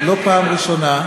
לא פעם ראשונה,